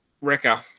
Wrecker